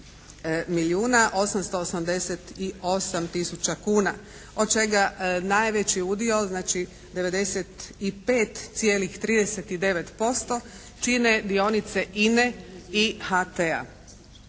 888 tisuća kuna, od čega najveći udio, znači 95,39% čine dionice INA-e i HT-a